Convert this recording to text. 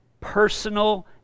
personal